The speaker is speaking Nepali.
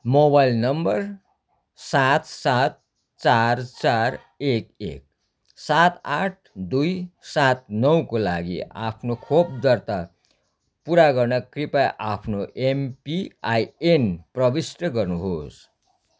मोबाइल नम्बर सात सात चार चार एक एक सात आठ दुई सात नौको लागि आफ्नो खोप दर्ता पुरा गर्न कृपया आफ्नो एमपिआइएन प्रविष्ट गर्नुहोस्